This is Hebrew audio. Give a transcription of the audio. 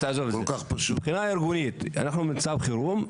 מבחינה ארגונית אנחנו במצב חירום,